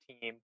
team